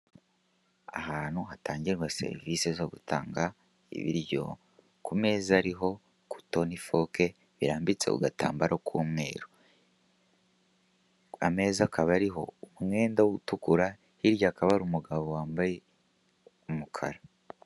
Ahantu hatangirwa serivise zo gutanga ibiryo ku meza ariho kuto n'ifoke birambitse ku gatambaro k'umweru. Ameza akaba ariho umwenda utukura, hirya hakaba hari umugabo wambaye umukara.